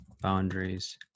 boundaries